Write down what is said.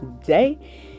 today